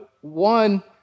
One